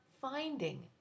finding